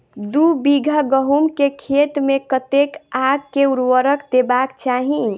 दु बीघा गहूम केँ खेत मे कतेक आ केँ उर्वरक देबाक चाहि?